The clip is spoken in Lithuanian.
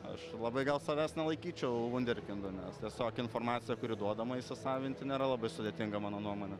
aš labai gal savęs nelaikyčiau vunderkindu nes tiesiog informacija kuri duodama įsisavinti nėra labai sudėtinga mano nuomone